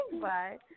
Bye